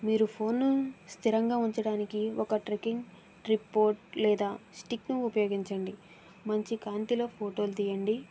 మీరు ఫోన్ స్థిరంగా ఉంచడానికి ఒక ట్రెక్కింగ్ ట్రైపాడ్ లేదా స్టిక్ను ఉపయోగించండి మంచి కాంతిలో ఫోటోలు తీయండి